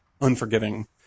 unforgiving